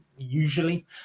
Usually